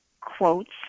quotes